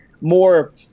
more